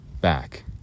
back